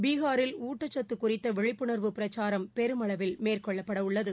பீகாரில் ஊட்டச்சத்துகுறித்தவிழிப்புணா்வு பிரச்சாரம் பெருமளவில் மேற்கொள்ளப்படஉள்ளது